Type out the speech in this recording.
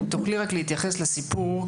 אם תוכלי להתייחס לסיפור,